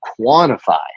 quantify